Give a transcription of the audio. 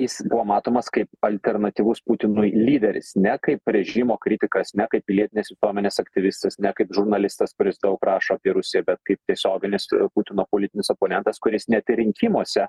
jis buvo matomas kaip alternatyvus putinui lyderis ne kaip režimo kritikas ne kaip pilietinės visuomenės aktyvistas ne kaip žurnalistas kuris daug rašo apie rusiją bet kaip tiesioginis putino politinis oponentas kuris net ir rinkimuose